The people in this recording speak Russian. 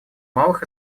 малых